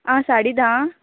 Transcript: आं साडे धा